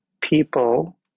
people